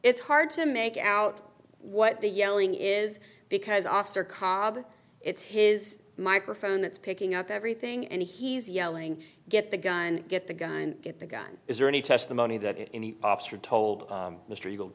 it's hard to make out what the yelling is because officer cobb it's his microphone that's picking up everything and he's yelling get the gun get the gun get the gun is there any testimony that any officer told mr eagle